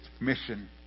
mission